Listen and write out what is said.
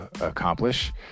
accomplish